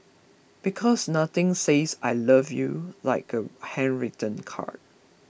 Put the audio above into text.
because nothing says I love you like a handwritten card